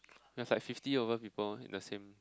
that's like fifty over people in the same